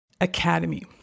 Academy